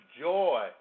joy